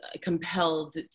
compelled